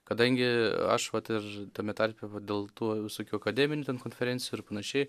kadangi aš vat ir tame tarpe va dėl tų visokių akademinių konferencijų ir panašiai